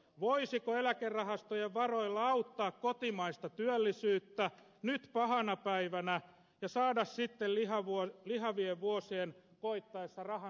voisiko eläkerahastojen varoilla auttaa kotimaista työllisyyttä nyt pahana päivänä ja saada sitten lihavien vuosien koittaessa rahansa takaisin